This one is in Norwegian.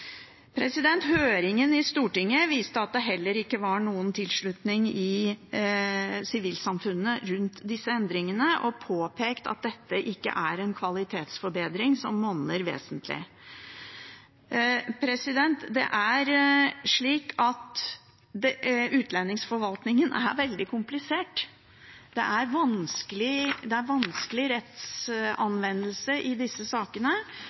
Høringen i Stortinget viste at det heller ikke var noen tilslutning i sivilsamfunnet til disse endringene, og man påpekte at dette ikke er en kvalitetsforbedring som monner vesentlig. Utlendingsforvaltningen er veldig komplisert. Det er vanskelig rettsanvendelse i disse sakene. Det er behov for å ha god kunnskap om landsituasjonen i